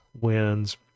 wins